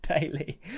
daily